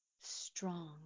strong